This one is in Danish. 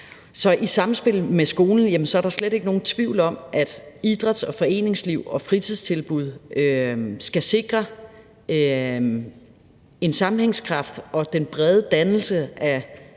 samfund svækkes. Så der er slet ikke nogen tvivl om, at idræts- og foreningsliv og fritidstilbud i samspil med skolen skal sikre en sammenhængskraft og den brede dannelse af